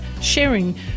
sharing